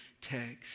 text